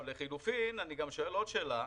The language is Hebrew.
לחילופין, אני שואל גם עוד שאלה,